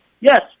Yes